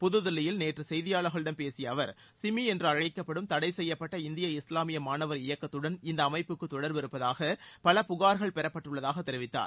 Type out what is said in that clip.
புதுதில்லியில் நேற்று செய்தியாளர்களிடம் பேசிய அவர் சிமி என்று அழைக்கப்படும் தடை செய்யப்பட்ட இந்திய இஸ்லாமிய மாணவர் இயக்கத்துடன் இந்த அமைப்புக்கு தொடர்பிருப்பதாக பல புகார்கள் பெறப்பட்டுள்ளதாக தெரிவித்தார்